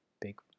big